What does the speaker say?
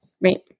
Right